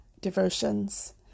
devotions